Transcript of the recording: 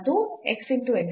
ಇಲ್ಲಿ ಇದು ಮತ್ತು